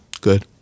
Good